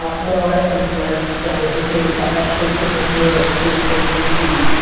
ah no, i don't think, glenn, that is the case. i actually think it's more like the facebook newsfeed.